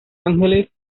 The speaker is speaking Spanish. ángeles